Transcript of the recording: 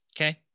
Okay